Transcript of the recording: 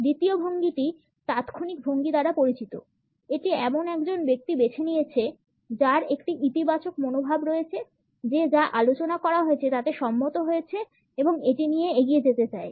দ্বিতীয় ভঙ্গিটি তাৎক্ষণিক ভঙ্গি দ্বারা পরিচিত এটি এমন একজন ব্যক্তি বেছে নিয়েছে যার একটি ইতিবাচক মনোভাব রয়েছে যে যা আলোচনা করা হচ্ছে তাতে সম্মত হয়েছে এবং এটি নিয়ে এগিয়ে যেতে চায়